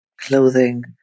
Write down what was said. clothing